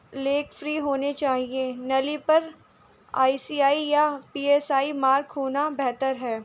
leak free ہونی چاہیے نلی پر آئی سی آئی یا پی ایس آئی مارک ہونا بہتر ہے